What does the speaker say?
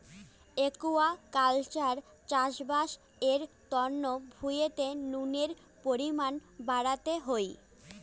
aquaculture চাষবাস এর তন্ন ভুঁইতে নুনের পরিমান বাড়াতে হই